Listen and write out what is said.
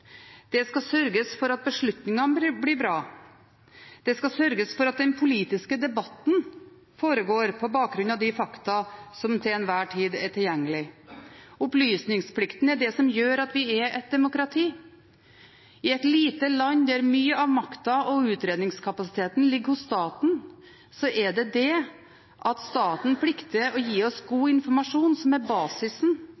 Det skal sørges for at beslutningene blir bra. Det skal sørges for at den politiske debatten foregår på bakgrunn av de faktaene som til enhver tid er tilgjengelige. Opplysningsplikten er det som gjør at vi er et demokrati. I et lite land hvor mye av makten og utredningskapasiteten ligger hos staten, er det det at staten plikter å gi oss god informasjon som er basisen